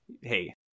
hey